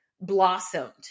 blossomed